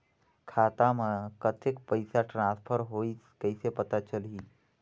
खाता म कतेक पइसा ट्रांसफर होईस कइसे पता चलही?